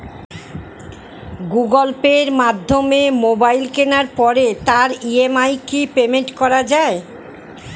Google Pay মাধ্যমে mobile কেনার পরে তার ই.এম.আই কি পেমেন্ট করা যায়?